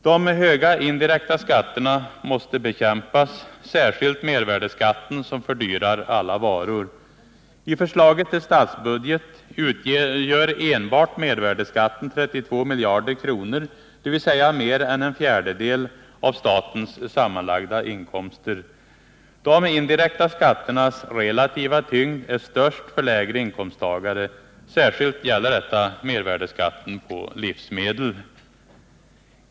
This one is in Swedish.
De höga indirekta skatterna måste bekämpas, särskilt mervärdeskatten, som fördyrar alla varor. I förslaget till statsbudget utgör enbart mervärdeskatten 32 miljarder kronor, dvs. mer än en fjärdedel av statens sammanlagda inkomster. De indirekta skatternas relativa tyngd är störst för lägre inkomsttagare. Särskilt gäller detta mervärdeskatten på livsmedel.